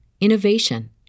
innovation